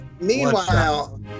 meanwhile